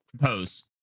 Pose